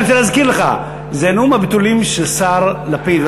זה נאום הבתולים של השר לפיד,